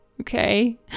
okay